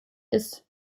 ist